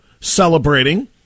celebrating